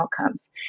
outcomes